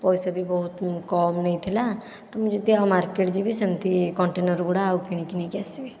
ପଇସା ବି ବହୁତ କମ ନେଇଥିଲା ତ ମୁଁ ଯଦି ଆଉ ମାର୍କେଟ ଯିବି ସେମିତି କଣ୍ଟେନର ଗୁଡ଼ା ଆଉ କିଣିକି ନେଇକି ଆସିବି